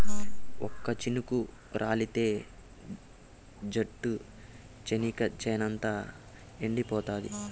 ఒక్క చినుకు రాలితె ఒట్టు, చెనిగ చేనంతా ఎండిపోతాండాది